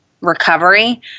recovery